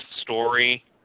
story